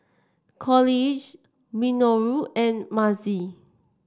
Coolidge Minoru and Mazie